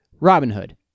Robinhood